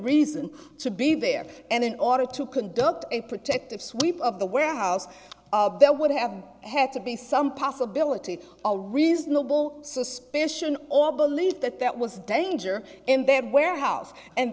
reason to be there and in order to conduct a protective sweep of the warehouse that would have had to be some possibility or reasonable suspicion or belief that that was danger in their warehouse and